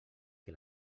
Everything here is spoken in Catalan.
què